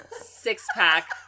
six-pack